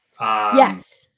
Yes